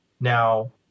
Now